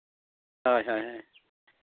ᱦᱳᱭ ᱦᱳᱭ ᱦᱳᱭ